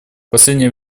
последнее